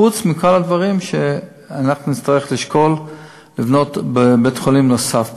וחוץ מכל הדברים אנחנו נצטרך לשקול לבנות בית-חולים נוסף בצפון.